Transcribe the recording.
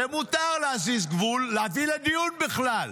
זה מותר להזיז גבול, להביא לדיון בכלל.